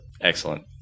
excellent